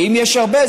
ואם יש הרבה,